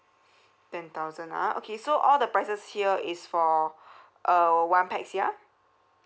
ten thousand ah okay so all the prices here is for uh one pax ya